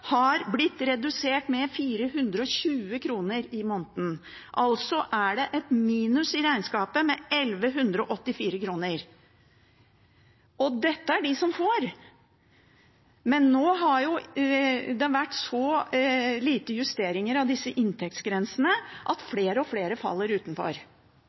har blitt redusert med 420 kr i måneden. Altså er det et minus i regnskapet på 1 184 kr. Dette er de som får. Men nå har det vært så små justeringer av disse inntektsgrensene at flere og flere faller utenfor.